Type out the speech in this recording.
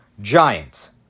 Giants